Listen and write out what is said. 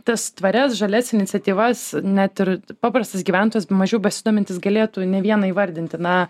tas tvarias žalias iniciatyvas net ir paprastas gyventojas bemažiau besidomintis galėtų ne vieną įvardinti na